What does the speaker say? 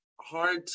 hard